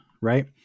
right